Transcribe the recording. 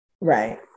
Right